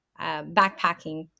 backpacking